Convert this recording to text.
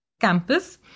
campus